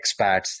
expats